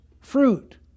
fruit